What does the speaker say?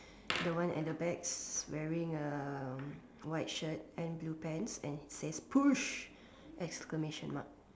the one at the back wearing a white shirt and blue pants and he says push exclamation mark